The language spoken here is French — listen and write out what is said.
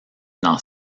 dans